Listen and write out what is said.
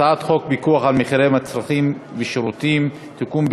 הצעת חוק פיקוח על מחירי מצרכים ושירותים (תיקון,